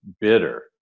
bitter